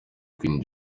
queen